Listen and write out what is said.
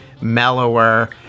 mellower